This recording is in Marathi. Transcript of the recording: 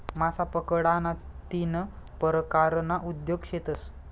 मासा पकडाना तीन परकारना उद्योग शेतस